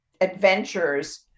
adventures